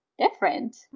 different